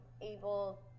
able